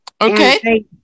Okay